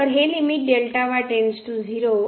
तर हे लिमिट